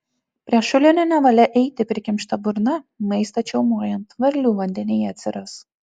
prie šulinio nevalia eiti prikimšta burna maistą čiaumojant varlių vandenyje atsiras